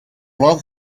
learned